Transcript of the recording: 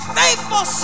faithful